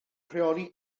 rheoli